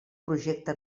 projecte